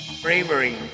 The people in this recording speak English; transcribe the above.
Bravery